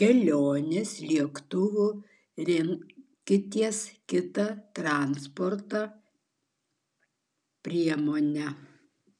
kelionės lėktuvu rinkitės kitą transporto priemonę